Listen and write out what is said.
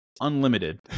unlimited